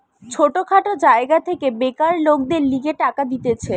ছোট খাটো জায়গা থেকে বেকার লোকদের লিগে টাকা দিতেছে